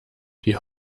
die